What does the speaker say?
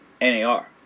NAR